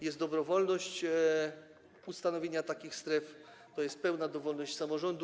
Jest dobrowolność ustanowienia takich stref, to jest pełna dowolność samorządu.